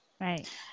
Right